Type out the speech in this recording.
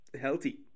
healthy